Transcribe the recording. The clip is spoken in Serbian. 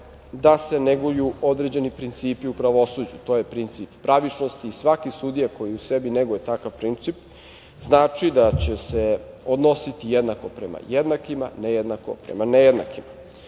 da se neguju određeni principi u pravosuđu. To je princip pravičnosti i svaki sudija koji u sebi neguje takav princip znači da će se odnositi jednako prema jednakima, nejednako prema nejednakima.